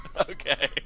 Okay